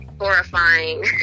horrifying